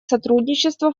сотрудничество